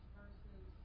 versus